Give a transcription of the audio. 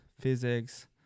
physics